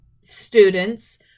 students